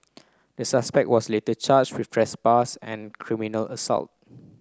the suspect was later charged with trespass and criminal assault